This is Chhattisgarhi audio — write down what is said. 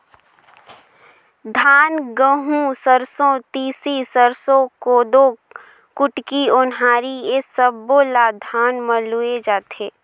धान, गहूँ, सरसो, तिसी, सरसो, कोदो, कुटकी, ओन्हारी ए सब्बो ल धान म लूए जाथे